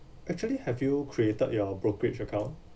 actually have you created your brokerage account